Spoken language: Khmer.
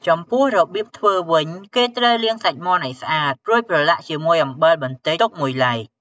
ចំពោះ របៀបធ្វើវិញគេត្រូវលាងសាច់មាន់ឲ្យស្អាត រួចប្រឡាក់ជាមួយអំបិលបន្តិចទុកមួយឡែក។